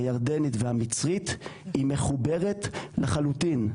הירדנית והמצרית היא מחוברת לחלוטין.